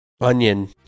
Onion